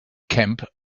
camp